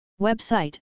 Website